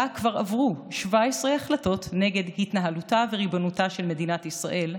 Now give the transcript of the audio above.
ובה כבר עברו 17 החלטות נגד התנהלותה וריבונותה של מדינת ישראל,